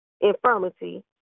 infirmity